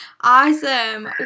awesome